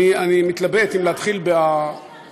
אני מתלבט אם להתחיל באורן,